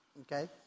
okay